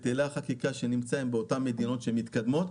בטלה חקיקה כשנמצאים באותן מדינות מתקדמות,